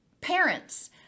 parents